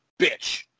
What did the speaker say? bitch